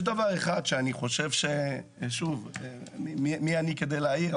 יש דבר אחד שמי אני כדי להעיר,